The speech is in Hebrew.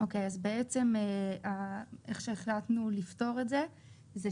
אז החלטנו לפתור את זה כך: